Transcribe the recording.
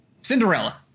Cinderella